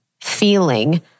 feeling